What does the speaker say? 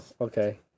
Okay